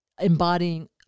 embodying